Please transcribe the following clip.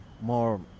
more